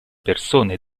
persone